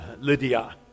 Lydia